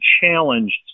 challenged